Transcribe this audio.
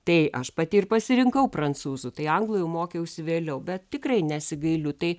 tai aš pati ir pasirinkau prancūzų tai anglų jau mokiausi vėliau bet tikrai nesigailiu tai